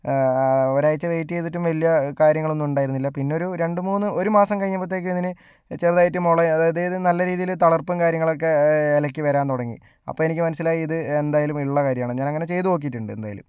ഒരാഴ്ച വെയിറ്റ് ചെയ്തിട്ടും വലിയ കാര്യങ്ങളൊന്നും ഉണ്ടായിരുന്നില്ല പിന്നെ ഒരു രണ്ടുമൂന്ന് ഒരു മാസം കഴിഞ്ഞപ്പഴത്തേക്കും അതിന് ചെറുതായിട്ട് മുള അതായത് നല്ല രീതിയിൽ തളിർപ്പും കാര്യങ്ങളൊക്കെ ഇലക്ക് വരാൻ തുടങ്ങി അപ്പോൾ എനിക്ക് മനസ്സിലായി ഇത് എന്തായാലും ഉള്ള കാര്യമാണ് ഞാൻ അങ്ങനെ ചെയ്തു നോക്കിയിട്ടുണ്ട് എന്തായാലും